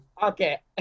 Okay